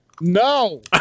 No